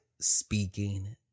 speaking